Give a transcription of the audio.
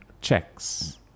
checks